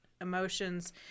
emotions